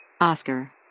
Oscar